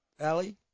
Ali